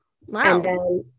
Wow